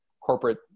corporate